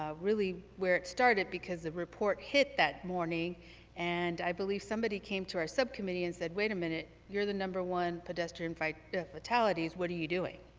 ah really where it started because the report hit that morning and i believe somebody came to our subcommittee and said, wait a minute, you're the no. one pedestrian fatalities, what are you doing?